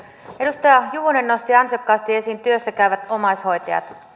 edustaja juvonen nosti ansiokkaasti esiin työssä käyvät omaishoitajat